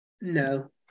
No